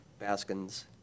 Baskin's